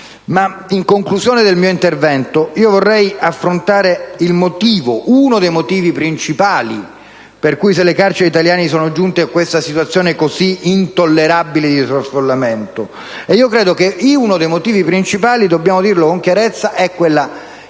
In conclusione del mio intervento, vorrei affrontare uno dei motivi principali per cui le carceri italiane sono giunte all'attuale situazione, tanto intollerabile, di sovraffollamento. Io credo che uno dei motivi principali - dobbiamo dirlo con chiarezza - sia